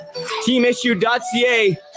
Teamissue.ca